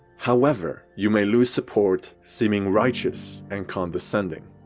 however, you may lose support seeming righteous and condescending.